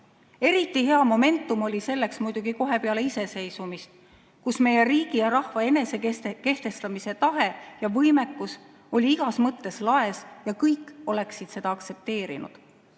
Eriti hea momentum oli selleks muidugi kohe peale iseseisvumist, kui meie riigi ja rahva enesekehtestamise tahe ja võimekus oli igas mõttes laes ja kõik oleksid seda aktsepteerinud. Eks